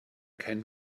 can